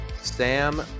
Sam